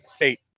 Eight